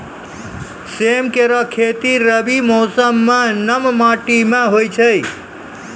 सेम केरो खेती रबी मौसम म नम माटी में होय छै